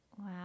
Wow